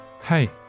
Hey